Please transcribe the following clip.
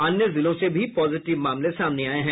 अन्य जिलों से भी पॉजिटिव मामले सामने आये हैं